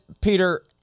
Peter